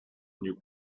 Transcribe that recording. new